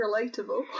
relatable